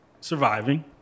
surviving